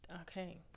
okay